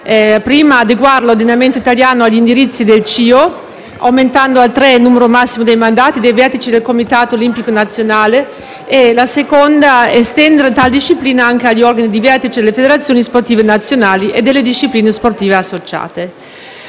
prima è adeguare l'ordinamento italiano agli indirizzi del CIO, aumentando a tre il numero massimo dei mandati dei vertici del Comitato olimpico nazionale. La seconda è estendere tale disciplina anche agli organi di vertice delle federazioni sportive nazionali e delle discipline sportive associate.